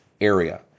area